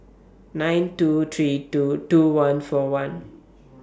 nine two three two two one four one